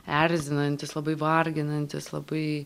erzinantis labai varginantis labai